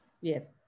Yes